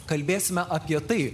kalbėsime apie tai